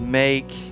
make